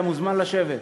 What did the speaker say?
לשבת.